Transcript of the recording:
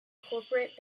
corporate